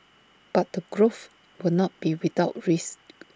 but the growth will not be without risk